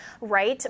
right